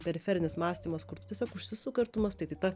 periferinis mąstymas kur tu tiesiog užsisuka ir tu mąstai tai ta